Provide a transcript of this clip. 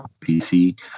PC